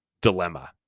dilemma